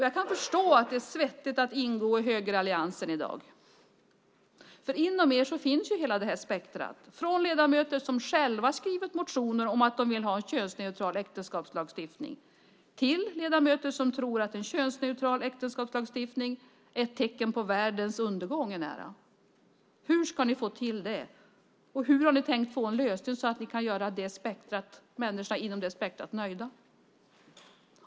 Jag kan förstå att det är svettigt att i dag ingå i högeralliansen, för inom den finns ju hela spektrumet - från ledamöter som själva har skrivit motioner om att de vill ha en könsneutral äktenskapslagstiftning till ledamöter som tror att en könsneutral äktenskapslagstiftning är ett tecken på att världens undergång är nära. Hur ska ni få till det? Hur har ni tänkt att det ska gå att få en lösning så att ni kan göra människor inom spektrumet nöjda?